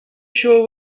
show